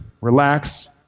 Relax